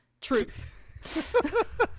Truth